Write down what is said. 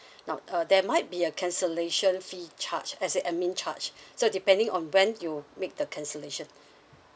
now uh there might be a cancellation fee charge as an admin charge so depending on when you make the cancellation